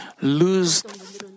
lose